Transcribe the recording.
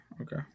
Okay